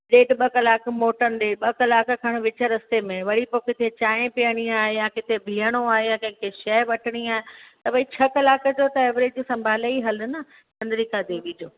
ॾेढ ॿ कलाक मोटिंदे ॿ कलाक खण विच रस्ते में वरी पोइ किथे चांहि पीअणी आहे यां किथे बीहणो आहे यां कंहिंखे शइ वठिणी आहे त भई छह कलाक जो त एवरेज संभाले ई हल न चंद्रीका देवी जो